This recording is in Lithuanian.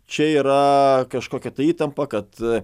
čia yra kažkokia tai įtampa kad